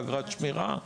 אגרת שמירה,